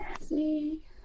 see